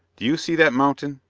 do you see that mountain?